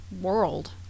world